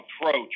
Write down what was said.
approach